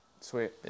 Sweet